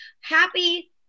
Happy